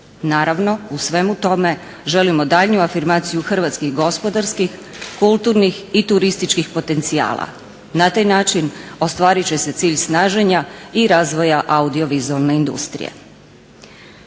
Naravno, u svemu tome želimo daljnju afirmaciju hrvatskih gospodarskih, kulturnih i turističkih potencijala. Na taj način ostvarit će se cilj snaženja i razvoja audiovizualne industrije.